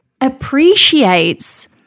appreciates